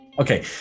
Okay